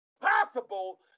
possible